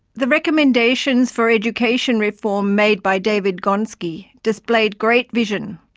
the recommendations for education reform made by david gonski displayed great vision.